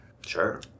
sure